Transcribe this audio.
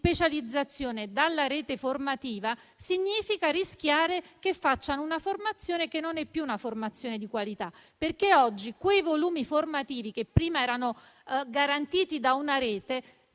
specializzazione dalla rete formativa significa rischiare che facciano una formazione che non è più di qualità, perché oggi quei volumi formativi che prima erano garantiti da una rete